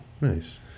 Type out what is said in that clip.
Nice